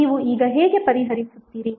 ನೀವು ಈಗ ಹೇಗೆ ಪರಿಹರಿಸುತ್ತೀರಿ